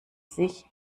sich